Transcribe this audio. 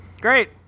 Great